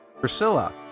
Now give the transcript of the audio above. Priscilla